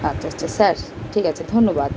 আচ্ছা আচ্ছা স্যার ঠিক আছে ধন্যবাদ